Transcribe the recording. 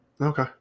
okay